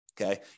Okay